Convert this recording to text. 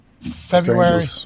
February